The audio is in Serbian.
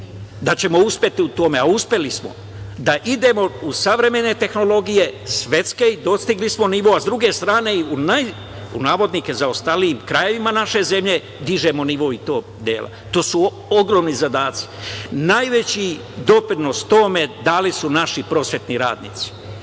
da ćemo uspeti u tome, a uspeli smo, da idemo u savremene tehnologije, svetske i dostigli smo nivo. Sa druge strane, u navodnike, u zaostalim krajevima naše zemlje, dižemo nivo i tog dela. To su ogromni zadaci. Najveći doprinos tome dali su naši prosvetni radnici,